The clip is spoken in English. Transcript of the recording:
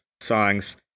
songs